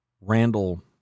Randall